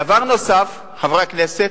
דבר נוסף, חברי הכנסת,